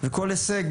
וכל הישג,